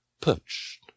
Perched